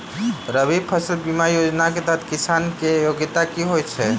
रबी फसल बीमा योजना केँ तहत किसान की योग्यता की होइ छै?